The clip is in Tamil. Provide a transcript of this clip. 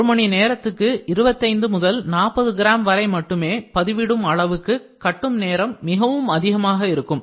ஒரு மணி நேரத்துக்கு 25 முதல் 40 கிராம் வரை மட்டுமே பதிவிடும் அளவுக்கு கட்டும் நேரம் மிகவும் அதிகமாக இருக்கும்